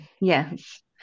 Yes